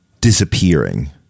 disappearing